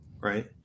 right